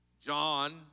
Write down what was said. John